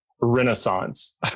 renaissance